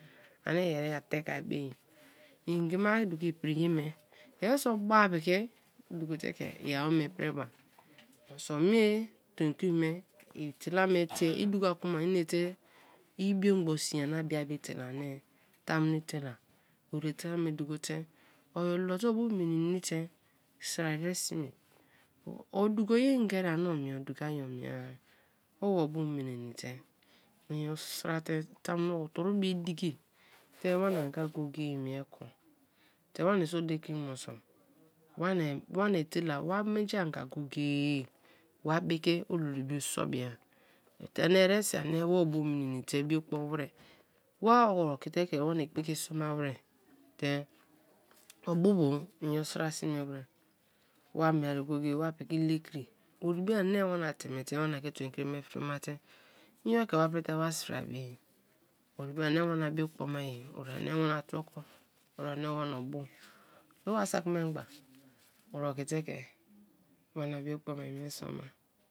Ani yeri a te kei be-e; ngima duko pri ye me iyeriso ba piki duko te ke i-a wome priba moso me tomkri mei etela me te i daka kma inete ibio gbon sii nyana bia etela me duko te ori olote, obu minini te srere sme, oduko ye ngeri ani omie bai ye; o du kai omie-a, o bu minini te inyo sra te tamuno itoru be diki te wana-anga go-go-e mie kon te wani so le kri moso wani-etela, wa menji anga go-go-e wa bike olu lu bio so bia ani eresi ani wa obu minini te bio kpo wer; wa ori-okite ke wana ekpe ke soma wer te obu bu inyo sra sme wer, wa mie ye go-go-e wa piki le kri ori be ani wana teme te wana piki le kri ori be ani wana teme te wa na ke tomkri me fri mate inyo ke wa prike wa sra be-e; ori be ani wana biokpo ma ye; ori ani wana troko, ori ni wana o buju, o wa sak memgba ori ki te ke wana biokpo ma ye mie so ma.